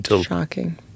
Shocking